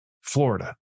Florida